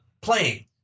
playing